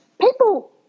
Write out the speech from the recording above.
people